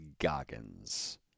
Goggins